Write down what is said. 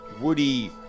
woody